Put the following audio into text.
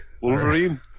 Wolverine